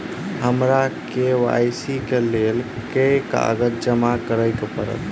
हमरा के.वाई.सी केँ लेल केँ कागज जमा करऽ पड़त?